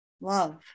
Love